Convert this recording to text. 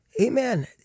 Amen